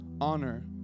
Honor